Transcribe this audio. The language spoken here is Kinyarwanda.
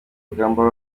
urugamba